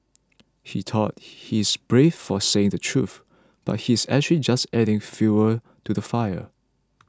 he thought he's brave for saying the truth but he's actually just adding fuel to the fire